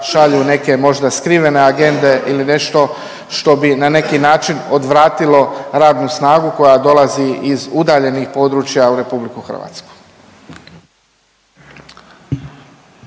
šalju neke možda skrivene agende ili nešto što bi na neki način odvratilo radnu snagu koja dolazi iz udaljenih područja u Republiku Hrvatsku.